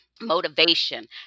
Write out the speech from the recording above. motivation